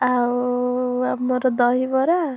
ଆଉ ଆମର ଦହିବରା